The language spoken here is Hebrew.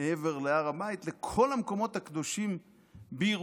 מעבר להר הבית, לכל המקומות הקדושים בירושלים,